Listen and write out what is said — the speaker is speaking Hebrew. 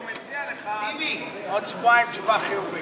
הוא מציע לך עוד שבועיים תשובה חיובית.